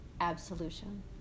absolution